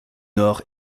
nord